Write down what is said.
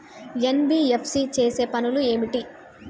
NBFC చేసే పనులు ఏమిటి?